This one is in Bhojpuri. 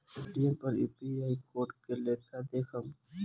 पेटीएम पर यू.पी.आई कोड के लेखा देखम?